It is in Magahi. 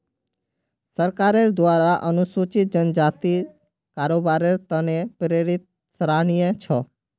सरकारेर द्वारा अनुसूचित जनजातिक कारोबारेर त न प्रेरित सराहनीय छ